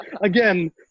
Again